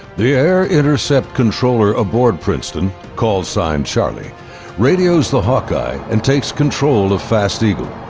the air intercept controller aboard princeton, callsign charlie radios the hawkeye and takes control of fast eagle.